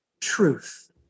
truth